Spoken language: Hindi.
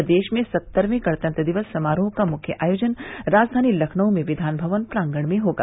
प्रदेश में सत्तरवें गणतंत्र दिवस समारोह का मुख्य आयोजन राजधानी लखनऊ में विधान भवन प्रांगण में होगा